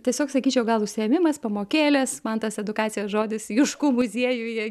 tiesiog sakyčiau gal užsiėmimas pamokėlės man tas edukacijos žodis juškų muziejuje